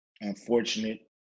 unfortunate